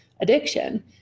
addiction